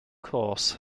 course